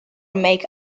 make